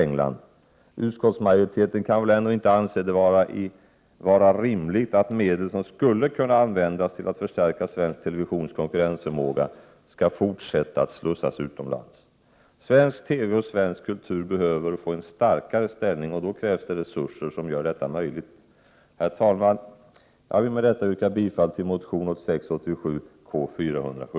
England. Utskottsmajoriteten kan väl ändock inte anse det vara rimligt att medel som skulle kunna användas till att förstärka svensk televisions konkurrensförmåga skall fortsätta att slussas utomlands? Svensk TV och svensk kultur behöver få en starkare ställning, och då krävs det resurser som gör det möjligt. Herr talman! Jag vill med detta yrka bifall till motion 1986/87:K407.